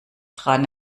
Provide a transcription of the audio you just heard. dran